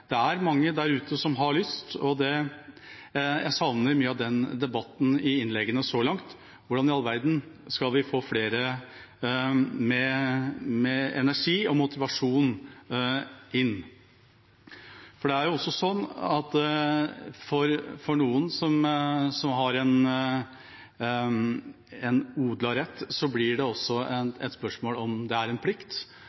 Det er mange der ute som har lyst. Jeg savner mye av den debatten i innleggene så langt. Hvordan i all verden skal vi få inn flere med energi og motivasjon? For noen som har en odlet rett, blir det også et spørsmål om det er en plikt. Mange går gjennom den debatten med seg selv og familien – om det